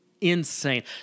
insane